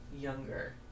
younger